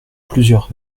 plusieurs